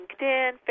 LinkedIn